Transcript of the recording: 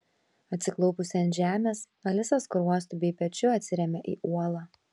atsiklaupusi ant žemės alisa skruostu bei pečiu atsiremia į uolą